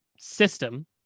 system